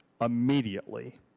immediately